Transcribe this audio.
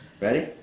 Ready